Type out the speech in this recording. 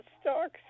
stocks